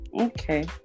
okay